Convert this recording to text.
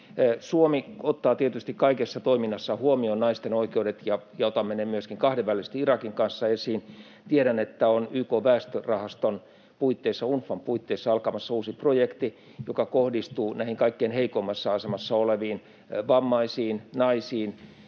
Suomi ottaa tietysti kaikessa toiminnassaan huomioon naisten oikeudet, ja otamme ne myöskin kahdenvälisesti Irakin kanssa esiin. Tiedän, että YK:n väestörahaston puitteissa, UNFPAn puitteissa, on alkamassa uusi projekti, joka kohdistuu näihin kaikkein heikoimmassa asemassa oleviin — vammaisiin, naisiin